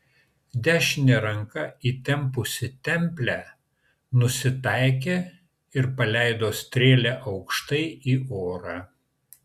dešine ranka įtempusi templę nusitaikė ir paleido strėlę aukštai į orą